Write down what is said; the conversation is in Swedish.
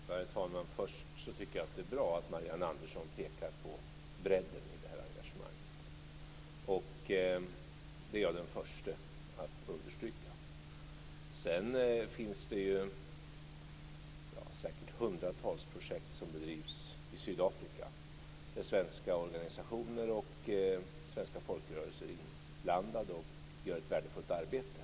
Herr talman! Först tycker jag att det är bra att Marianne Andersson pekar på bredden i engagemanget. Det är jag den förste att understryka. Det finns säkert hundratals projekt som bedrivs i Sydafrika där svenska organisationer och svenska folkrörelser är inblandade och gör ett värdefullt arbete.